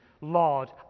Lord